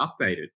updated